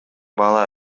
бала